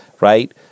right